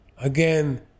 again